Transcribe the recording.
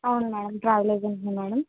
అవును madam travel ఏజెంట్నే madam